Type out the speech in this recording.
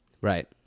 Right